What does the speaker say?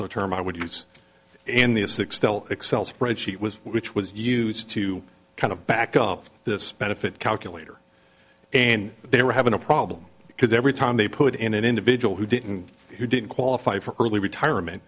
the term i would use in these six tell excel spreadsheet was which was used to kind of back up this benefit calculator and they were having a problem because every time they put in an individual who didn't who didn't qualify for early retirement